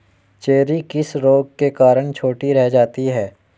Cherry किस रोग के कारण छोटी रह जाती है?